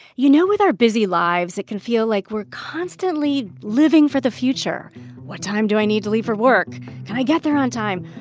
you know, with our busy lives, it can feel like we're constantly living for the future what time do i need to leave for work? can i get there on time?